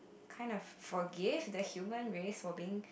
kind of forgive the human race for being